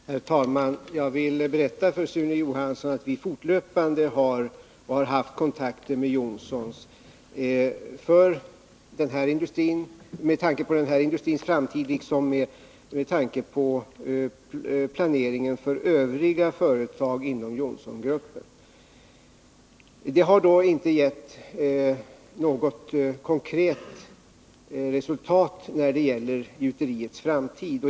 Herr talman! Jag vill berätta för Sune Johansson att vi fortlöpande har haft och har kontakter med Johnsons med tanke på den här industrins framtid liksom med tanke på planeringen för övriga företag inom Johnsongruppen. Detta har inte gett något konkret resultat när det gäller gjuteriets framtid.